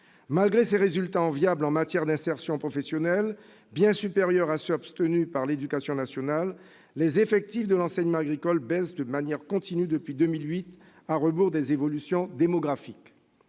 malgré ses résultats enviables en matière d'insertion professionnelle, bien supérieurs à ceux de l'éducation nationale. Les effectifs de l'enseignement agricole baissent de manière continue depuis 2008, à rebours des évolutions démographiques.